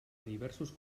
diversos